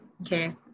okay